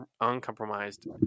uncompromised